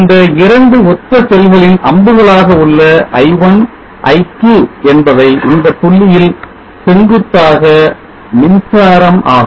இந்த 2 ஒத்த செல்களின் அம்புகளாக உள்ள i1 i2 என்பவை இந்தப் புள்ளியில் செங்குத்தாக மின்சாரம் ஆகும்